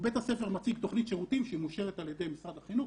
בית הספר מציג תוכנית שירותים שהיא מאושרת על ידי משרד החינוך.